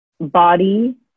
body